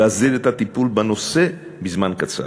להסדיר את הטיפול בנושא בזמן קצר.